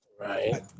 Right